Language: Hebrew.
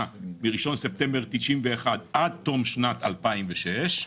ב-1 בספטמבר 1991 עד תום שנת 2006",